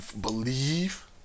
believe